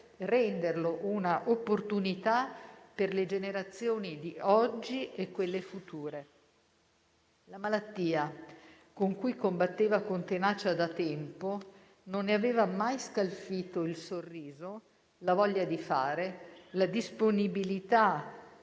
renderlo una opportunità per le generazioni di oggi e quelle future. La malattia, con cui combatteva con tenacia da tempo, non ne aveva mai scalfito il sorriso, la voglia di fare, la disponibilità a